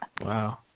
Wow